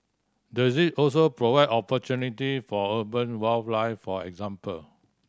does it also provide opportunity for urban wildlife for example